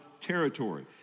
territory